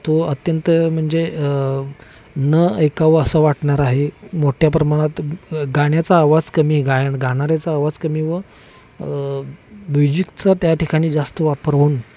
तो अत्यंत म्हणजे न ऐकावं असं वाटणार आहे मोठ्या प्रमाणात गाण्याचा आवाज कमी गायन गाणाऱ्याचा आवाज कमी व म्युजिकचा त्या ठिकाणी जास्त वापर होऊन